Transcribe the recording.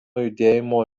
judėjimo